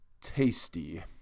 Tasty